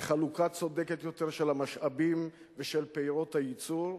לחלוקה צודקת יותר של המשאבים ושל פירות הייצור,